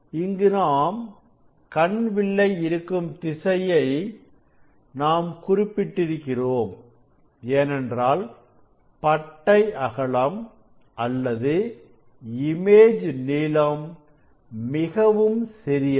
இங்கு நாம் கண் வில்லை இருக்கும் திசையை நாம் குறிப்பிட்டிருக்கிறோம் ஏனென்றால் பட்டை அகலம் அல்லது இமேஜ் நீளம் மிகவும் சிறியது